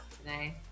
today